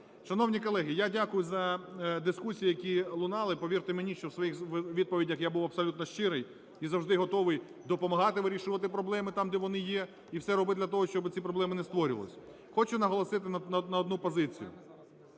Шановні колеги, я дякую за дискусії, які лунали. Повірте мені, що в своїх відповідях я був абсолютно щирий і завжди готовий допомагати вирішувати проблеми там, де вони є, і все робити для того, щоб ці проблеми не створювались. Хочу наголосити на одну позицію,